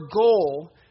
goal